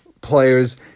Players